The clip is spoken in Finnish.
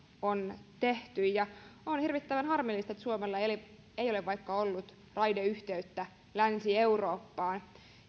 on tehty ja on hirvittävän harmillista että suomella ei ole ollut raideyhteyttä vaikka länsi eurooppaan